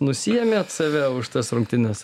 nusiėmėt save už tas rungtynes